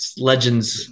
legends